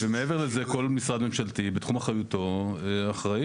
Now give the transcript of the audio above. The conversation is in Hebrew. מעבר לזה כל משרד ממשלתי בתחום אחריותו אחראי.